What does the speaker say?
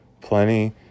plenty